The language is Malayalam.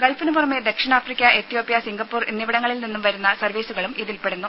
ഗൾഫിനു പുറമെ ദക്ഷിണാഫ്രിക്ക എത്യോപ്യ സിംഗപ്പൂർ എന്നിവിടങ്ങളിൽനിന്നും വരുന്ന സർവീസുകളും ഇതിൽപ്പെടുന്നു